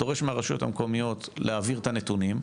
דורש מהרשויות המקומיות להעביר את הנתונים,